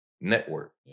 Network